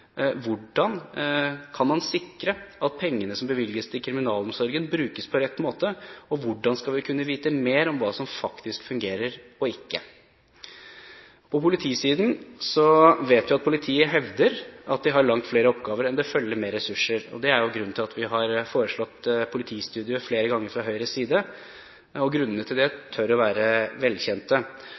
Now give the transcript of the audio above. Hvordan kan man sikre at pengene som bevilges til kriminalomsorgen, brukes på rett måte? Og: Hvordan skal vi kunne vite mer om hva som faktisk fungerer, og ikke? På politisiden vet vi at politiet hevder at de har langt flere oppgaver enn det følger med ressurser til. Det er jo grunnen til at vi har foreslått en politistudie flere ganger fra Høyres side. Grunnene til det tør være velkjente.